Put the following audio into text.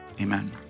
amen